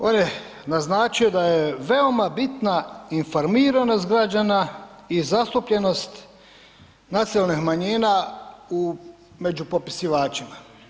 On je naznačio da je veoma bitna informiranost građana i zastupljenost nacionalnih manjina u, među popisivačima.